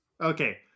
Okay